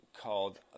called